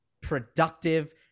productive